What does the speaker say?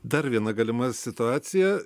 dar viena galima situacija